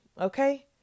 Okay